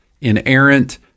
inerrant